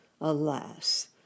alas